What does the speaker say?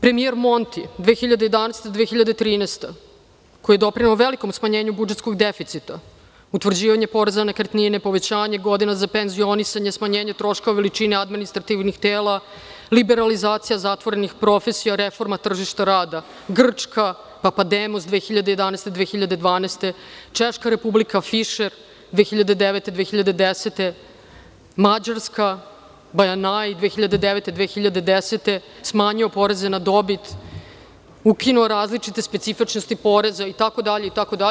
Premijer Monti, 2011-2013 godine, koji je doprineo velikom smanjenju budžetskog deficita, utvrđivanje poreza na nekretnine, povećanje godina za penzionisanje, smanjenje troškova veličine administrativnih tela, liberalizacija zatvorenih profesija, reforma tržišta rada, Grčka, Papademos, 2011-2012 godine, Češka Republika, Fišer 2009-2010 godine, Mađarska, Bajnai 2009-2010 godine, smanjio poreze na dobit, ukinuo različite specifičnosti poreza itd, itd.